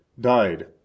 died